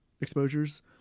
exposures